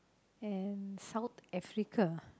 and South Africa